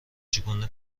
چگونه